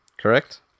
Correct